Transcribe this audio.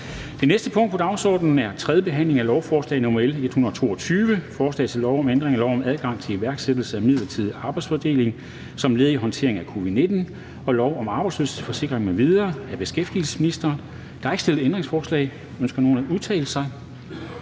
Det næste punkt på dagsordenen er: 4) 3. behandling af lovforslag nr. L 122: Forslag til lov om ændring af lov om adgang til iværksættelse af midlertidig arbejdsfordeling som led i håndteringen af covid-19 og lov om arbejdsløshedsforsikring m.v. (Forlængelse af den midlertidige arbejdsfordelingsordning, forlængelse af suspension